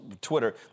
Twitter